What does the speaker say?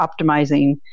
optimizing